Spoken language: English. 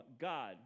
God